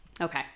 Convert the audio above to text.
Okay